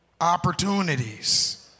opportunities